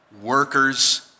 Workers